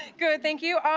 good thank you.